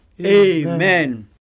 Amen